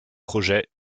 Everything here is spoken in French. projets